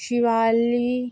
Shivali